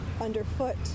underfoot